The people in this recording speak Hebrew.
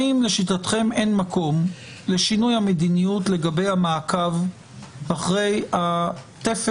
האם לשיטתכם אין מקום לשינוי המדיניות לגבי המעקב אחרי התפר